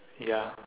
ya